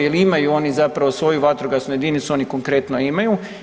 Jer imaju oni zapravo svoju vatrogasnu jedinicu, oni konkretno imaju.